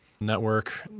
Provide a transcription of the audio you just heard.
network